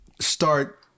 Start